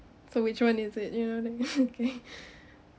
for which one is it you know like okay